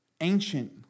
ancient